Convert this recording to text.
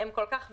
הם כל כך ברורים,